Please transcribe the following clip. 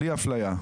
בלי אפליה.